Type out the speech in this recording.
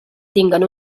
tinguen